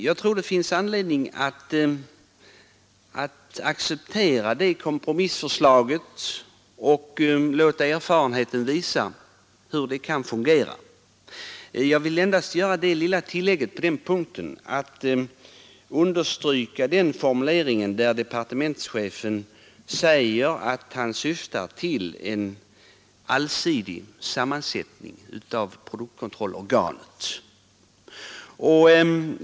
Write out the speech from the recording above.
Jag tror att man bör acceptera kompromissförslaget och låta erfarenheten visa hur kontrollorganet kan fungera. Jag vill endast understryka vad departementschefen sagt om att han syftar till en allsidig sammansättning av produktkontrollorganet.